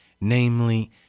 namely